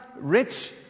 rich